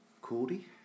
Cordy